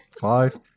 Five